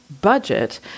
budget